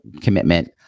commitment